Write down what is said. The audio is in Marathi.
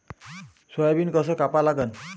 सोयाबीन कस कापा लागन?